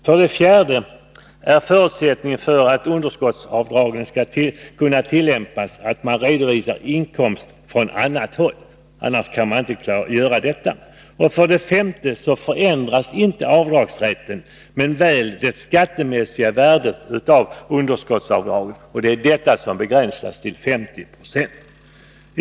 För det fjärde är förutsättningen för att underskottsavdragsregeln skall kunna tillämpas att man redovisar inkomst från annat håll. För det femte förändras inte avdragsrätten men väl det skattemässiga värdet av underskottsavdragen som begränsas till 50 96.